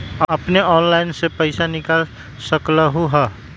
अपने ऑनलाइन से पईसा निकाल सकलहु ह?